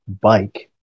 bike